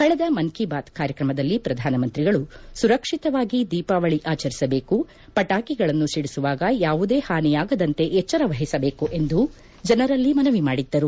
ಕಳೆದ ಮನ್ ಕೀ ಬಾತ್ ಕಾರ್ಯಕ್ರಮದಲ್ಲಿ ಪ್ರಧಾನಮಂತ್ರಿಗಳು ಸುರಕ್ಷಿತವಾಗಿ ದೀಪಾವಳಿ ಆಚರಿಸಬೇಕು ಪಟಾಕಿಗಳನ್ನು ಸಿಡಿಸುವಾಗ ಯಾವುದೇ ಪಾನಿಯಾಗದಂತೆ ಎಜ್ಜರ ವಹಿಸಬೇಕು ಎಂದು ಜನರಲ್ಲಿ ಮನವಿ ಮಾಡಿದ್ದರು